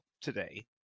today